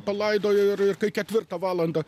palaidojo ir ir ketvirtą valandą